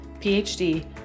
PhD